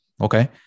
Okay